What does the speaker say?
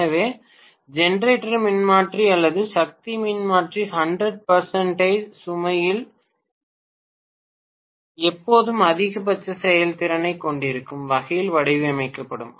எனவே ஜெனரேட்டர் மின்மாற்றி அல்லது சக்தி மின்மாற்றி 100 சுமையில் எப்போதும் அதிகபட்ச செயல்திறனைக் கொண்டிருக்கும் வகையில் வடிவமைக்கப்படும்